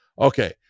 Okay